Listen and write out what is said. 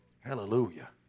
Hallelujah